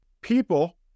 People